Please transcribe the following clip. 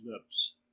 lips